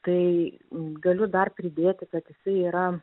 tai galiu dar pridėti kad jisai yra